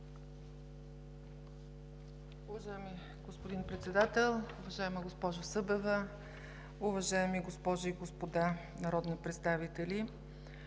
Уважаеми господин Председател, госпожо Събева, госпожи и господа народни представители!